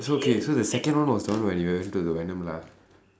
okay the second one was the one when you went to the venum lah